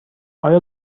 آیا